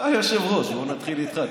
אתה היושב-ראש, בואו נתחיל איתך.